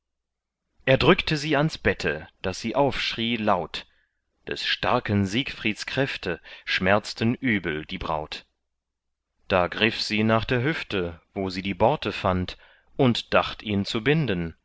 er drückte sie ans bette daß sie aufschrie laut des starken siegfrieds kräfte schmerzten übel die braut da griff sie nach der hüfte wo sie die borte fand und dacht ihn zu binden